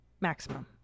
maximum